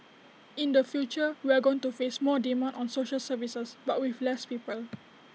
in the future we are going to face more demand on social services but with less people